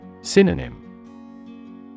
Synonym